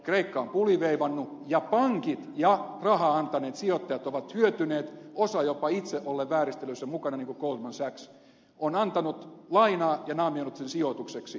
kreikka on puliveivannut ja pankit ja rahaa antaneet sijoittajat ovat hyötyneet osa on jopa itse ollen vääristelyissä mukana niin kuin goldman sachs antanut lainaa ja naamioinut sen sijoitukseksi